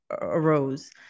arose